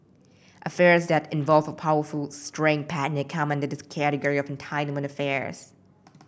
affairs that involve a powerful straying partner come under the category of entitlement affairs